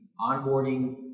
onboarding